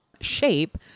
shape